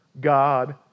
God